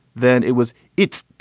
then it was it.